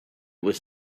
was